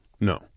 No